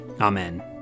Amen